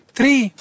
Three